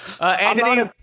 Anthony